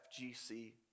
FGC